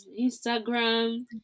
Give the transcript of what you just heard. Instagram